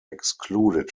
excluded